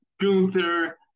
Gunther